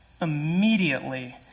Immediately